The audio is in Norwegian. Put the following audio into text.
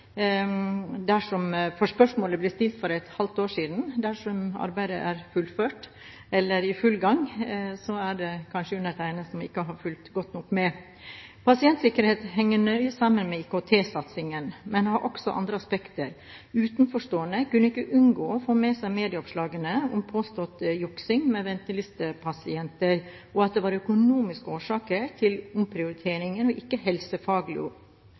for spørsmålet ble stilt for et halvt år siden. Dersom arbeidet er fullført eller i full gang, er det kanskje undertegnede som ikke har fulgt godt nok med. Pasientsikkerhet henger nøye sammen med IKT-satsingen, men har også andre aspekter. Utenforstående kunne ikke unngå å få med seg medieoppslagene om påstått juksing med ventelistepasienter, og at det var økonomiske årsaker til omprioriteringen, ikke helsefaglige, noe som også saksordføreren var inne på, og